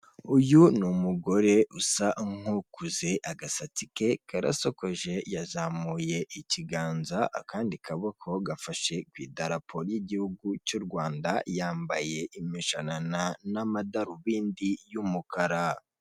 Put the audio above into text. Uyu ni umugore usa nk'ukuze, agasatsi ke karasokoje, yazamuye ikiganza akandi kaboko gafashe ku idarapo y'igihugu cy'u Rwanda, yambaye imishanana n'amadarubindi y'umukara.